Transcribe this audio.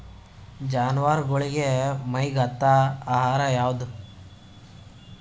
ಜಾನವಾರಗೊಳಿಗಿ ಮೈಗ್ ಹತ್ತ ಆಹಾರ ಯಾವುದು?